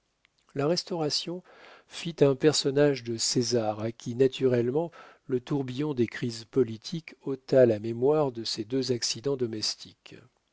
la restauration fit un personnage de césar à qui naturellement le tourbillon des crises politiques ôta la mémoire de ces deux accidents domestiques